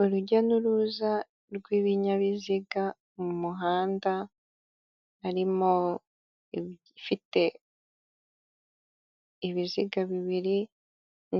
Urujya n'uruza rw'ibinyabiziga mu muhanda, harimo ifite ibiziga bibiri